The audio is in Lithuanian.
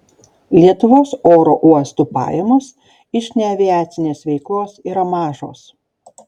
lietuvos oro uostų pajamos iš neaviacinės veiklos yra mažos